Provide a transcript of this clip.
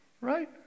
Right